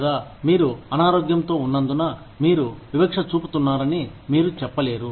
లేదా మీరు అనారోగ్యంతో ఉన్నందున మీరు వివక్ష చూపుతున్నారని మీరు చెప్పలేరు